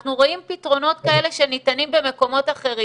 אנחנו רואים פתרונות כאלה שניתנים במקומות אחרים,